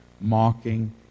mocking